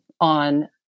on